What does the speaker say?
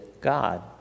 God